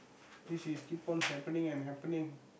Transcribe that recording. this is keep on happening and happening